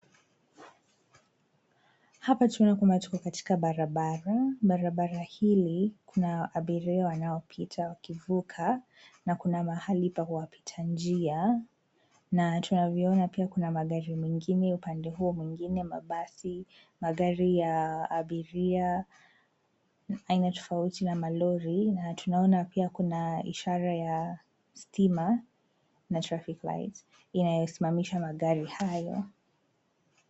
Hapa tunaona kwamba tuko katika barabara. Barabara hili kuna abiria wanaopita wakivuka nakuna mahali pa wapita njia na tunavyoona pia kuna magari mengine upande huo mwingine mabasi, magari ya abiria aina tofauti na malori na tunaona pia kuna ishara ya stima na trafiki lights inayo simamisha magari hayo.